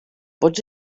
pots